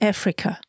Africa